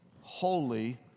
holy